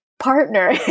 partner